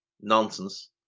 Nonsense